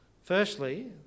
Firstly